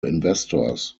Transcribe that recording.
investors